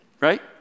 right